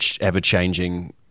ever-changing